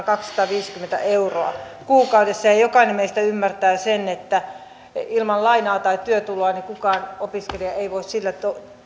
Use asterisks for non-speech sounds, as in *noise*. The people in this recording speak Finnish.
*unintelligible* kaksisataaviisikymmentä euroa kuukaudessa jokainen meistä ymmärtää sen että ilman lainaa tai työtuloa kukaan opiskelija ei voi sillä